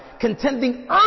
contending